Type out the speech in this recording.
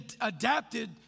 adapted